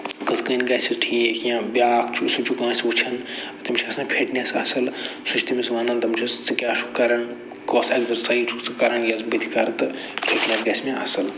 کِتھ کٔنۍ گژھِ ٹھیٖک یا بیاکھ چھُ سُہ چھُ کٲنسہِ وٕچھان تٔمِس چھِ آسان فِٹنٮ۪س اَصٕل سُہ چھُ تٔمِس وَنان دَپان چھُس ژٕ کیاہ چھُکھ کران کۄس اٮ۪گزرسایز چھُکھ ژٕ کران یۄس بہٕ تہِ کرٕ تہٕ گژھِ مےٚ اَصٕل